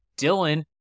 Dylan